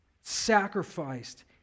sacrificed